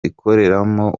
ikoreramo